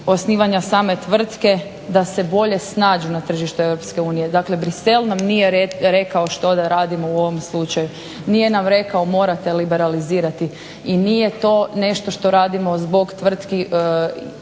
osnivanja same tvrtke da se bolje snađu na tržištu Europske unije. Dakle, Bruxelles nam nije rekao što da radimo u ovom slučaju. Nije nam rekao morate liberalizirati. I nije to nešto što radimo zbog tvrtki